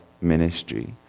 ministry